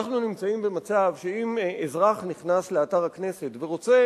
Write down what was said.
אנחנו נמצאים במצב שאם אזרח נכנס לאתר הכנסת ורוצה